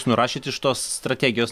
nurašėt iš tos strategijos